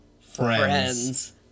Friends